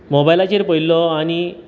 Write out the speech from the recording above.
मोबायलाचेर पयल्लो आनी